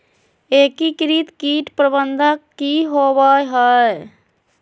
एकीकृत कीट प्रबंधन की होवय हैय?